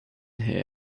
here